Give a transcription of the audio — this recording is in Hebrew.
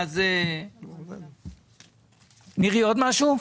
מירי, עוד משהו?